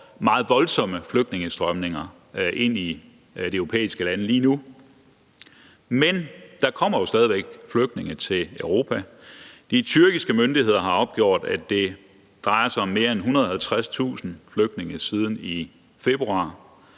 meget voldsomme flygtningestrømme ind i de europæiske lande lige nu. Men der kommer jo stadig væk flygtninge til Europa. De tyrkiske myndigheder har opgjort, at det drejer sig om mere end 150.000 flygtninge siden februar,